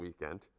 weekend